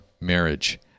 marriage